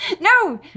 no